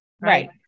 right